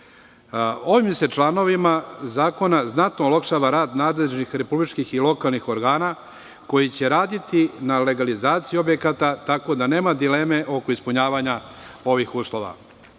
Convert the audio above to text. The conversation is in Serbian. Ovim bi se članovima zakona znatno olakšao rad nadležnih republičkih i lokalnih organa koji će raditi na legalizaciji objekata, tako da nema dileme oko ispunjavanja ovih uslova. Jasno